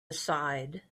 aside